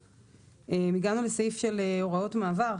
הגענו לסעיף של הוראות מעבר.